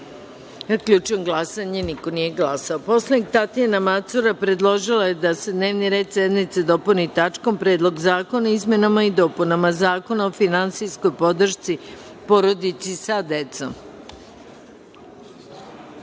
glasanje: niko nije glasao. Poslanik Tatjana Macura predložila je da se dnevni red sednice dopuni tačkom – Predlog zakona o izmenama i dopunama Zakona o finansijskoj podršci porodici sa